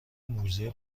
موزه